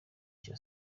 cya